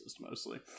mostly